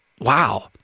wow